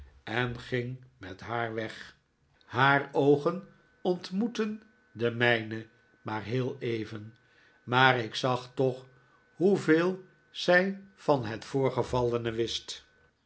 en ging met haar weg haar oogen ontmoetten de mijne maar heel even maar ik zag toch afscheid van agnes en uriah hoeveel zij van het voorgevallene wist